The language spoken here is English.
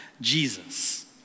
Jesus